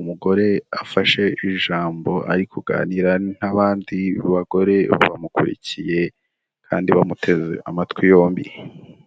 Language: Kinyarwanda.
umugore afashe ijambo ari kuganira n'abandi bagore bamukurikiye kandi bamuteze amatwi yombi.